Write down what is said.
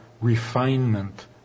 refinement